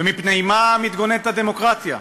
ומפני מה מתגוננת הדמוקרטיה?